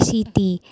City